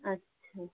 अच्छा